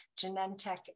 Genentech